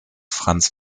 franz